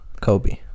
Kobe